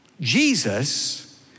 Jesus